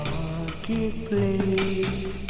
Marketplace